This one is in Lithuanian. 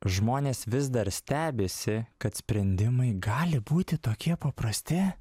žmonės vis dar stebisi kad sprendimai gali būti tokie paprasti